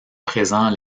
présent